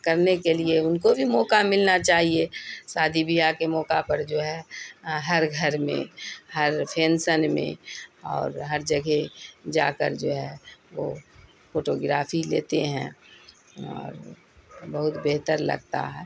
کرنے کے لیے ان کو بھی موقع ملنا چاہیے شادی بیاہ کے موقع پر جو ہے ہر گھر میں ہر فنکشن میں اور ہر جگہ جا کر جو ہے وہ فوٹو گرافی لیتے ہیں اور بہت بہتر لگتا ہے